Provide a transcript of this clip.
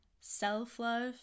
self-love